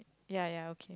ya ya okay